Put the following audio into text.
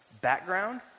background